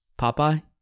Popeye